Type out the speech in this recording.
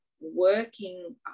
working